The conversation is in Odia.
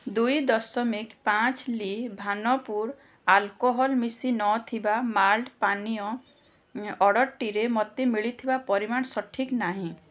ଦୁଇ ଦଶମିକି ପାଞ୍ଚ୍ ଲି ଭାନପୁର ଆଲ୍କୋହଲ୍ ମିଶି ନଥିବା ମାଲ୍ଟ୍ ପାନୀୟ ଅର୍ଡ଼ର୍ଟିରେ ମୋତେ ମିଳିଥିବା ପରିମାଣ ସଠିକ୍ ନାହିଁ